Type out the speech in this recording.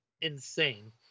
insane